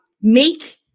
Make